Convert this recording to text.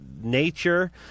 Nature